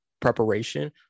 Preparation